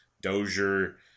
Dozier